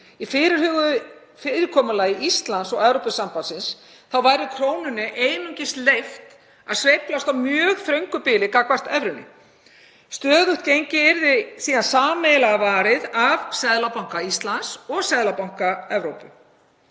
fyrirkomulagi Íslands og Evrópusambandsins væri krónunni einungis leyft að sveiflast á mjög þröngu bili gagnvart evru. Stöðugt gengi yrði sameiginlega varið af Seðlabanka Íslands og Seðlabanka Evrópu.